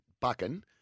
Bucking